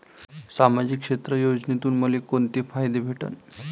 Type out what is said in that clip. सामाजिक क्षेत्र योजनेतून मले कोंते फायदे भेटन?